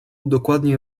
dokładnie